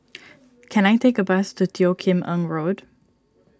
can I take a bus to Teo Kim Eng Road